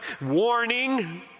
warning